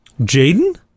Jaden